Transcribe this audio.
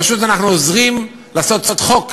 פשוט אנחנו עוזרים לעשות צחוק מהמדינה,